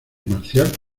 marcial